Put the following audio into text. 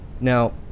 Now